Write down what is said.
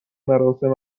مراسم